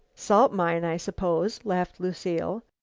salt mine, i suppose, laughed lucile.